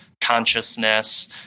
consciousness